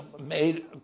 made